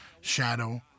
shadow